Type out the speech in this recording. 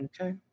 Okay